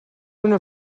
una